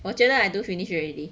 我觉得 I do finish already